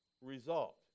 result